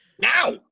Now